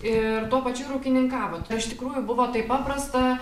ir tuo pačiu ir ūkininkavot ar iš tikrųjų buvo taip paprasta